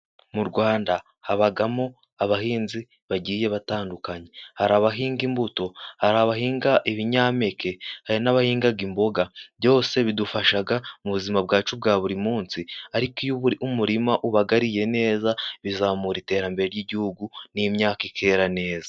Mu Rwanda habamo abahinzi bagiye batandukanye, hari abahinga imbuto, hari abahinga ibinyampeke, hari n'abahinga imboga, byose bidufasha mu buzima bwacu bwa buri munsi, ariko iyo umurima ubagariye neza, bizamura iterambere ry'igihugu n'imyaka ikera neza.